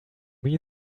mean